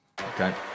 Okay